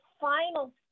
final